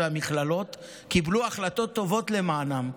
קיבלו החלטות טובות למענם,